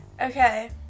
okay